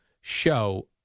show